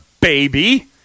baby